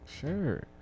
Sure